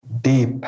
deep